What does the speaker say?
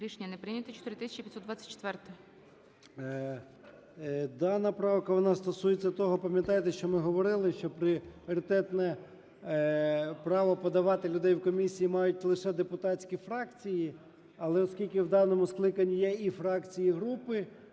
13:53:31 ЧЕРНЕНКО О.М. Дана правка, вона стосується того, пам'ятаєте, що ми говорили, що пріоритетне право подавати людей в комісії мають лише депутатські фракції. Але оскільки в даному скликанні є і фракції, і групи,